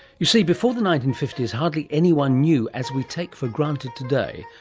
you see, before the nineteen fifty s, hardly anyone knew, as we take for granted today,